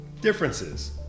differences